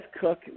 Cook